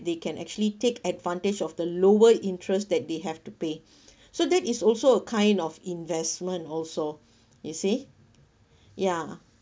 they can actually take advantage of the lower interest that they have to pay so that is also a kind of investment also you see ya